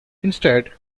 instead